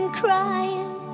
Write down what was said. crying